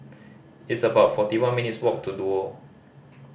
it's about forty one minutes' walk to Duo